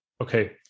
Okay